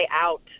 out